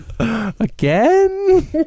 Again